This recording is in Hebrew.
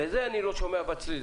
וזה אני לא שומע בצליל.